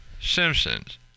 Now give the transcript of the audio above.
Simpsons